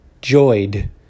joyed